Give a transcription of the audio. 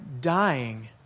dying